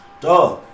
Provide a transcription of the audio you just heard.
Duh